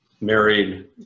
married